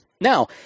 Now